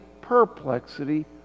perplexity